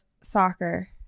soccer